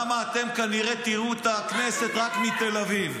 כי אתם כנראה תראו את הכנסת רק מתל אביב.